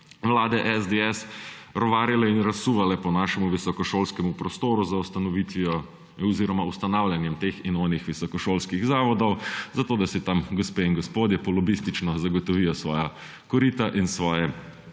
vlade SDS rovarile in razsuvale po našemu visokošolskem prostoru z ustanavljanjem teh in onih visokošolskih zavodov, zato da si tam gospe in gospodje po lobistično zagotovijo svoja korita in svoje